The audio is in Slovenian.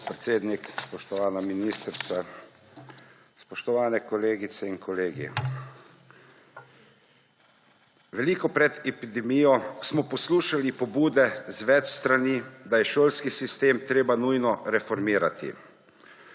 podpredsednik, spoštovana ministrica, spoštovane kolegice in kolegi! Veliko pred epidemijo smo poslušali pobude z več strani, da je šolski sistem treba nujno reformirati.